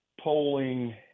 polling